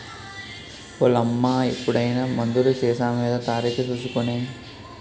ఓలమ్మా ఎప్పుడైనా మందులు సీసామీద తారీకు సూసి కొనే